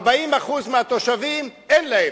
40% מהתושבים אין להם,